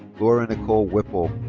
lauren nicole whipple.